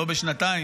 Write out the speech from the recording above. לא בשנתיים?